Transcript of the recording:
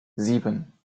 sieben